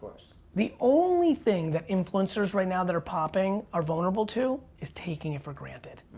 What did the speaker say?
the only thing that influencers right now that are popping are vulnerable to is taking it for granted.